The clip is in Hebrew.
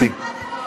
מספיק.